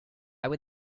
would